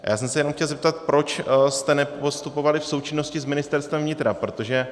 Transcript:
Já jsem se jenom chtěl zeptat, proč jste nepostupovali v součinnosti s Ministerstvem vnitra, protože...